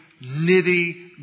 nitty